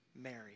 Mary